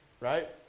right